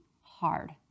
hard